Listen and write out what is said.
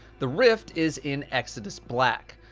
the rift is in exodus black.